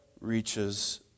Reaches